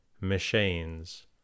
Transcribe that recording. Machines